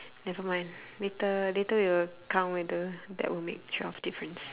nevermind later later we will count whether that will make twelve difference